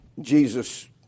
Jesus